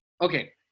okay